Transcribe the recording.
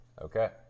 Okay